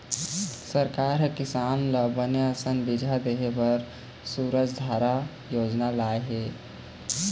सरकार ह किसान ल बने असन बिजहा देय बर सूरजधारा योजना लाय हे